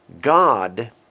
God